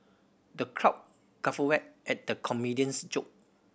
the crowd guffawed at the comedian's joke